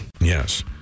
Yes